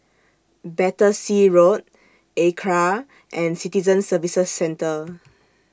Battersea Road Acra and Citizen Services Centre